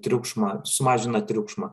triukšmą sumažina triukšmą